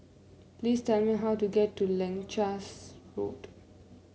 please tell me how to get to Leuchars Road